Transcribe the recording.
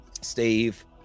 Steve